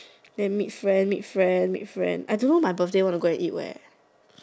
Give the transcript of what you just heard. then meet friend meet friend meet friend I don't know my birthday want to go and eat where